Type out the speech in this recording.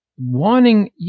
wanting